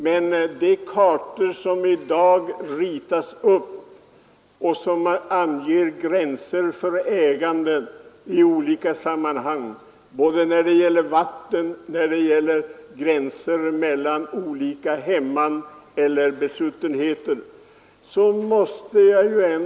Men de kartor som ritas i dag anger gränser för ägande i olika sammanhang både när det gäller vatten och olika hemman eller besuttenheter.